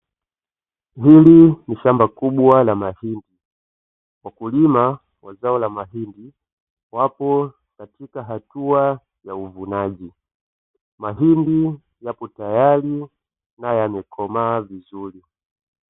Hili ni shamba kubwa la mashine. Wakulima wa zao la mahindi wapo katika hatua ya uvunaji, mahindi yapo tayari na yamekomaa vizuri.